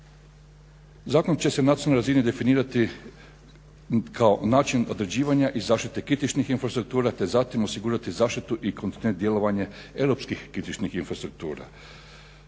Zakon će se na nacionalnoj razini definirati kao način određivanja i zaštite kritičnih infrastruktura te zatim osigurati zaštitu i kontinuirano djelovanje europskih kritičnih infrastruktura.